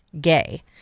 gay